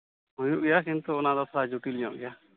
ᱦᱩᱭᱩᱜ ᱜᱮᱭᱟ ᱠᱤᱱᱛᱩ ᱚᱱᱟ ᱫᱚᱥᱟ ᱡᱩᱴᱤᱞ ᱧᱚᱜ ᱜᱮᱭᱟ